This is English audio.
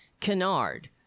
canard